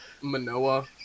manoa